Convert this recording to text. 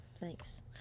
thanks